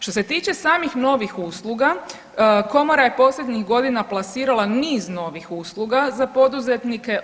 Što se tiče samih novih usluga, komora je posljednjih godina plasirala niz novih usluga za poduzetnika.